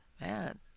man